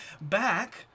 back